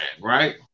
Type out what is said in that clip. right